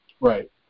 Right